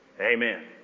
amen